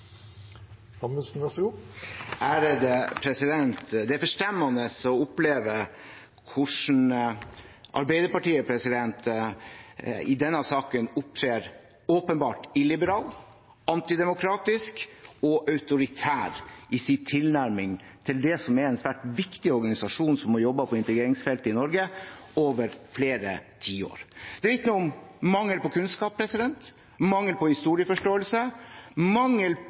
forstemmende å oppleve hvordan Arbeiderpartiet i denne saken opptrer åpenbart illiberalt, antidemokratisk og autoritært i sin tilnærming til det som er en svært viktig organisasjon som har jobbet på integreringsfeltet i Norge over flere tiår. Det vitner om mangel på kunnskap, mangel på historieforståelse, mangel